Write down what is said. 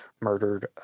murdered